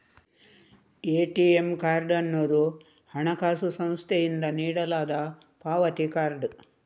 ATM card ಅನ್ನುದು ಹಣಕಾಸು ಸಂಸ್ಥೆಯಿಂದ ನೀಡಲಾದ ಪಾವತಿ ಕಾರ್ಡ್